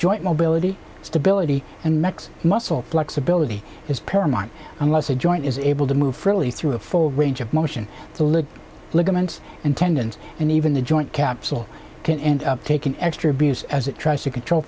joint mobility stability and mechs muscle flexibility is paramount unless a joint is able to move freely through a full range of motion the lid ligaments and tendons and even the joint capsule can end up taking extra abuse as it tries to control